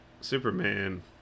Superman